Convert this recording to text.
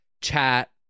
chat